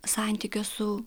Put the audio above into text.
santykio su